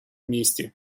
месте